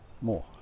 More